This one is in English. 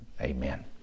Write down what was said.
amen